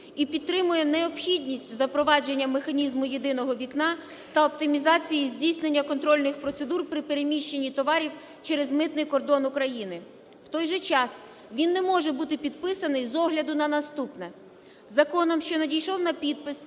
і підтримує необхідність запровадження механізму "єдиного вікна" та оптимізації здійснення контрольних процедур при переміщенні товарів через митний кордон України. В той же час він не може бути підписаний з огляду на наступне. Законом, що надійшов на підпис,